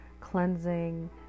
cleansing